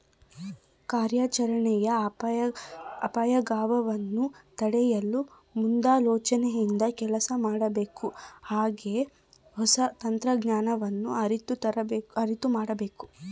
ಕಾರ್ಯಾಚರಣೆಯ ಅಪಾಯಗವನ್ನು ತಡೆಯಲು ಮುಂದಾಲೋಚನೆಯಿಂದ ಕೆಲಸ ಮಾಡಬೇಕು ಹಾಗೆ ಹೊಸ ತಂತ್ರಜ್ಞಾನವನ್ನು ಅರಿತು ಮಾಡಬೇಕು